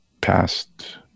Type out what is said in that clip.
past